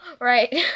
Right